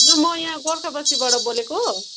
हजुर म यहाँ गोर्खा बस्तीबाट बोलेको